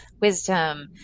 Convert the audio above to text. wisdom